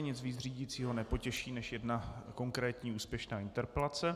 Nic víc řídícího nepotěší než jedna konkrétní úspěšná interpelace.